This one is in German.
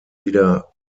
wieder